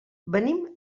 venim